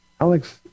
Alex